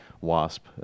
wasp